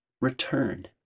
Return